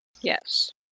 Yes